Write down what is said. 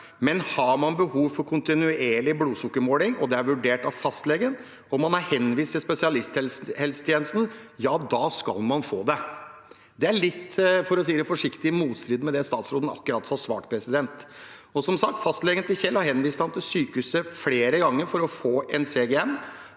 «Men har man behov for kontinuerlig blodsukkermåling, og det er vurdert av fastlegen, og man er henvist til spesialisthelsetjenesten – ja, så skal man få det.» Det er, for å si det forsiktig, litt i motstrid med det statsråden akkurat har svart. Som sagt: Fastlegen til Kjell har henvist ham til sykehuset flere ganger for å få en CGM.